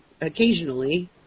occasionally